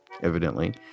evidently